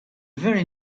very